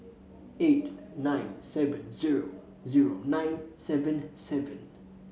eight nine seven zero zero nine seven seven